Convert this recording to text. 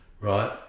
right